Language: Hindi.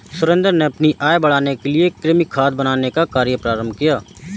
सुरेंद्र ने अपनी आय बढ़ाने के लिए कृमि खाद बनाने का कार्य प्रारंभ किया